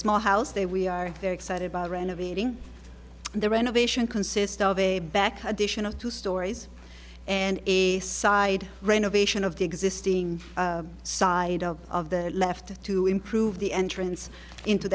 small house they we are very excited about renovating the renovation consist of a back addition of two stories and a side renovation of the existing side of the left to improve the entrance into